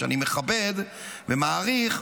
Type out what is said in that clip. שאני מכבד ומעריך,